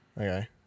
Okay